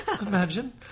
Imagine